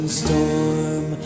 storm